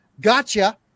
gotcha